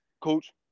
Coach